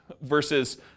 Versus